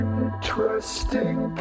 Interesting